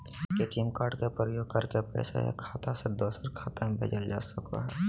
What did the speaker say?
ATM card के प्रयोग करके पैसा एक खाता से दोसर खाता में भेजल जा सको हय